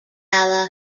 allah